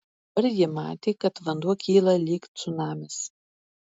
dabar ji matė kad vanduo kyla lyg cunamis